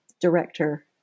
director